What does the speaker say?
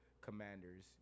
Commanders